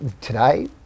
today